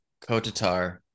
kotatar